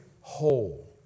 whole